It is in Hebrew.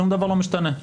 שום דבר לא משתנה.